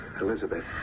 Elizabeth